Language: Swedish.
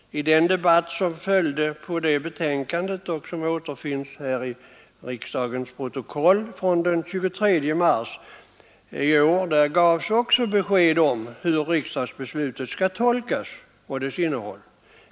I den debatt som följde på betänkandet och som återfinns i riksdagens protokoll från den 23 mars i år gavs också klart besked om hur riksdagsbeslutet skall tolkas och om dess innehåll.